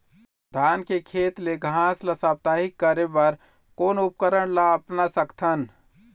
धान के खेत ले घास ला साप्ताहिक करे बर कोन उपकरण ला अपना सकथन?